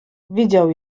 widział